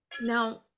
Now